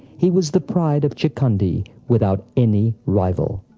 he was the pride of chakhandi, without any rival.